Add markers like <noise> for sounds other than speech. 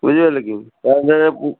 ବୁଝିପାରିଲେ କି ତା'ପରେ <unintelligible>